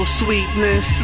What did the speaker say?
sweetness